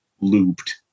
looped